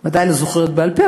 ודאי לא זוכרת בעל-פה,